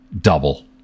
double